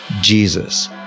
Jesus